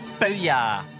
Booyah